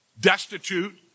destitute